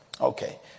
Okay